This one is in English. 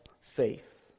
faith